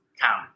town